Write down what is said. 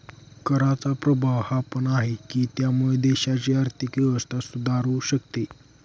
कराचा प्रभाव हा पण आहे, की त्यामुळे देशाची आर्थिक व्यवस्था सुधारू शकते